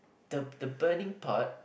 the the burning part